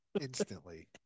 Instantly